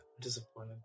disappointed